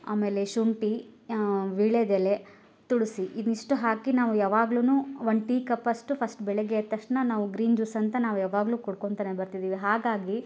ಆಮೇಲೆ ಶುಂಠಿ ವೀಳ್ಯದೆಲೆ ತುಳಸಿ ಇದಿಷ್ಟು ಹಾಕಿ ನಾವು ಯಾವಾಗಲೂನು ಒನ್ ಟೀ ಕಪ್ಪಷ್ಟು ಫಸ್ಟ್ ಬೆಳಗ್ಗೆ ಎದ್ದ ತಕ್ಷಣ ನಾವು ಗ್ರೀನ್ ಜ್ಯೂಸಂತ ನಾವ್ ಯಾವಾಗಲೂ ಕುಡ್ಕೊಂತನೇ ಬರ್ತಿದ್ದೀವಿ ಹಾಗಾಗಿ